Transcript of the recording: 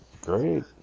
Great